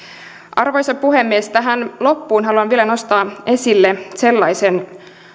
arvoisa puhemies tähän loppuun haluan vielä nostaa esille sellaisen